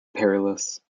perilous